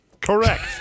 Correct